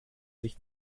sich